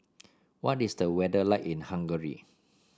what is the weather like in Hungary